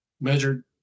measured